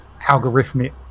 algorithmic